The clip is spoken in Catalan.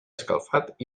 escalfat